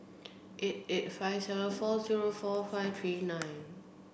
eight eight five seven four zero four five three nine